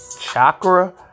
chakra